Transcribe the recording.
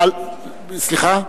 סליחה,